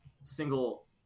single